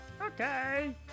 Okay